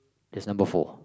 it's number four